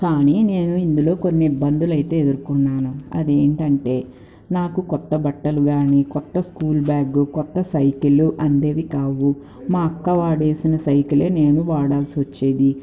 కానీ నేను ఇందులో కొన్ని ఇబ్బందులయితే ఎదుర్కొన్నాను అది ఏంటంటే నాకు కొత్త బట్టలు కానీ కొత్త స్కూల్ బ్యాగు కొత్త సైకిలు అందేవి కావు మా అక్క వాడేసిన సైకిలే నేను వాడాల్సి వచ్చేది